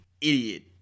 idiot